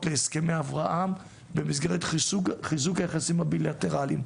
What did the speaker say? להסכמי אברהם במסגרת חיזוק היחסים הבילטרליים.